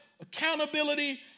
accountability